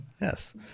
Yes